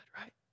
right